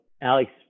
Alex